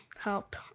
help